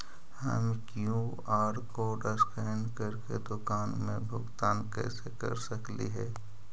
हम QR code scan करके दुकान में भुगतान कैसे कर सकली हे?